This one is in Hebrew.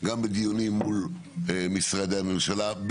גם בדיונים מול משרדי הממשלה,